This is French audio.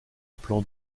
plan